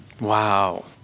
Wow